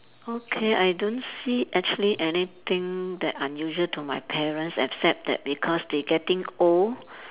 okay I don't see actually anything that unusual to my parents except that because they getting old